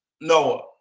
Noah